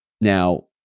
Now